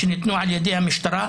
שניתנו על ידי המשטרה,